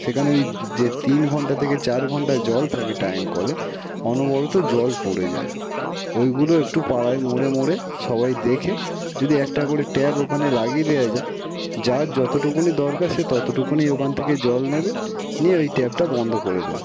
সেখানে ওই যে তিন ঘন্টা থেকে চার ঘন্টা জল থাকে টাইম কলে অনবরত জল পড়ে যায় ওইগুলো একটু পাড়ায় মোড়ে মোড়ে সবাই দেখে যদি একটা করে ট্যাপ ওখানে লাগিয়ে দেওয়া যায় যার যতটুকুনি দরকার সে ততটুকুনি ওখান থেকে জল নেবে নিয়ে ওই ট্যাপটা বন্ধ করে দেবে